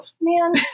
man